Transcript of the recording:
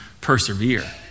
persevere